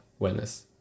wellness